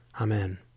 Amen